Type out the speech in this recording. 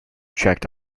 checked